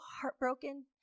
heartbroken